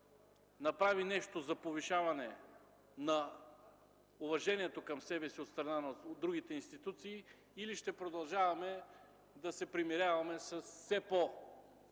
направи нещо за повишаване на уважението към себе си от страна на другите институции, или ще продължаваме да се примиряваме с все по-спадащия